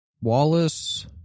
Wallace